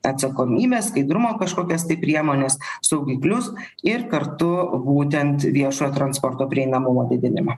atsakomybės skaidrumo kažkokias priemones saugiklius ir kartu būtent viešojo transporto prieinamumo didinimą